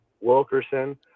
wilkerson